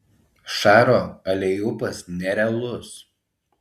šaro aleiupas nerealus